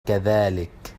كذلك